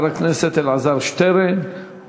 חבר הכנסת אלעזר שטרן,